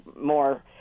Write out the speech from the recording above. more